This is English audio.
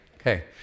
Okay